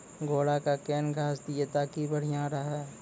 घोड़ा का केन घास दिए ताकि बढ़िया रहा?